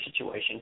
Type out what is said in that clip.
situation